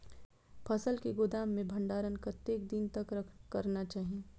फसल के गोदाम में भंडारण कतेक दिन तक करना चाही?